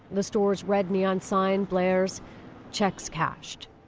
the store's red neon sign blares checks cashed.